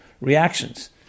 reactions